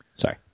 Sorry